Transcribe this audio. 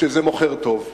שזה מוכר טוב.